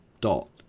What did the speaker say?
dot